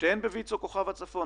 שתיהן בויצ"ו כוכב הצפון.